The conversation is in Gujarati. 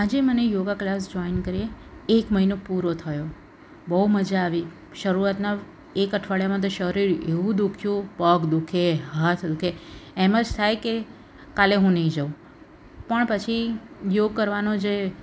આજે મને યોગા ક્લાસ જોઇન કરે એક મહિનો પૂરો થયો બહુ મજા આવી શરૂઆતનાં એક અઠવાડિયામાં તો શરીર એવું દુખ્યું પગ દુઃખે હાથ દુઃખે એમ જ થાય કે કાલે હું નહીં જાઉં પણ પછી યોગ કરવાનો જે